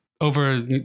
over